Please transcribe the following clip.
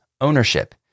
ownership